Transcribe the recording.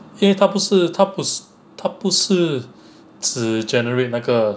因为他不是他不是他不是只 generate 那个